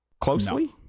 closely